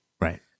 Right